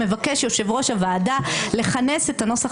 מבקש יושב-ראש הוועדה לכנס את הנוסח